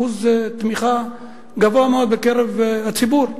אחוז תמיכה גבוה מאוד בקרב הציבור.